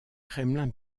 kremlin